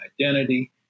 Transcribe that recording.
identity